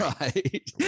Right